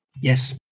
Yes